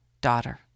Daughter